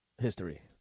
history